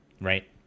right